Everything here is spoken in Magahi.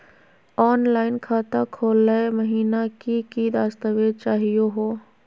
ऑनलाइन खाता खोलै महिना की की दस्तावेज चाहीयो हो?